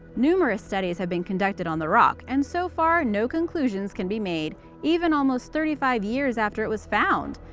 numerous studies have been conducted on the rock, and so far no conclusions can be made even almost thirty five years after it was found.